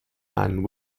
and